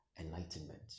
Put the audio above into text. enlightenment